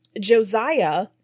Josiah